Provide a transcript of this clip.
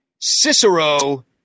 Cicero